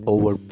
Over